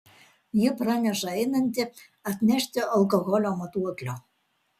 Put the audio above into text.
ji praneša einanti atnešti alkoholio matuoklio